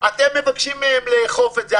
אתם מבקשים מהם לאכוף את זה.